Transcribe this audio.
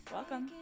Welcome